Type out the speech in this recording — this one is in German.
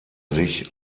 sich